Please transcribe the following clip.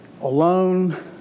alone